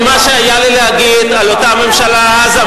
ומה שהיה לי להגיד על אותה ממשלה אז,